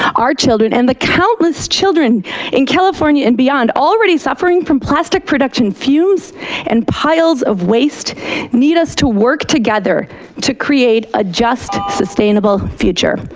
our children and the countless children in california and beyond already suffering from plastic production fumes and piles of waste need us to work together to create a just, sustainable future.